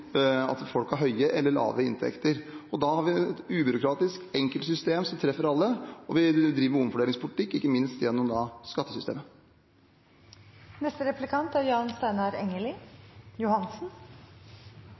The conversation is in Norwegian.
at folk har høye eller lave inntekter. Da har vi et ubyråkratisk, enkelt system som treffer alle, og vi driver med omfordelingspolitikk, ikke minst gjennom